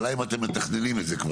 האם אתם מתכננים את זה?